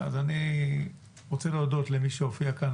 אז אני רוצה להודות למי שהופיע כאן.